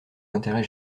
l’intérêt